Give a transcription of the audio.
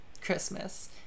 christmas